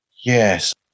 Yes